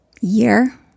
year